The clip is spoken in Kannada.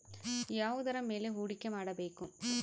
ಯಾವುದರ ಮೇಲೆ ಹೂಡಿಕೆ ಮಾಡಬೇಕು?